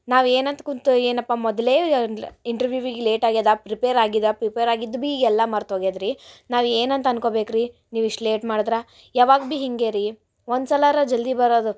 ನಾವು ಏನಂತ ಕುಂತ ಏನಪ್ಪಾ ಮೊದಲೇ ಇಂಟ್ರ್ವ್ಯೂವಿಗೆ ಲೇಟ್ ಆಗ್ಯದ ಪ್ರಿಪೇರ್ ಆಗಿದೆ ಪ್ರಿಪೇರ್ ಆಗಿದೆ ಬಿ ಎಲ್ಲ ಮರ್ತು ಹೋಗ್ಯದ ರೀ ನಾವು ಏನಂತ ಅನ್ಕೋಬೇಕು ರೀ ನೀವು ಇಷ್ಟು ಲೇಟ್ ಮಾಡದ್ರ ಯಾವಾಗ ಬಿ ಹೀಗೆ ರೀ ಒಂದು ಸಲರ ಜಲ್ದಿ ಬರೋದು